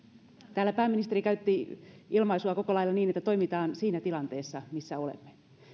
täällä pääministeri käytti koko lailla ilmaisua että toimitaan siinä tilanteessa missä olemme